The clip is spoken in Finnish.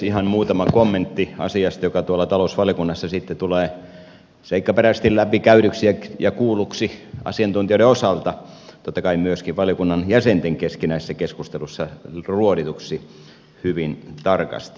ihan muutama kommentti asiaan joka tuolla talousvaliokunnassa sitten tulee seikkaperäisesti läpikäydyksi ja kuulluksi asiantuntijoiden osalta totta kai myöskin valiokunnan jäsenten keskinäisissä keskusteluissa ruodituksi hyvin tarkasti